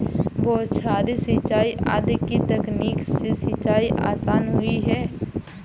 बौछारी सिंचाई आदि की तकनीक से सिंचाई आसान हुई है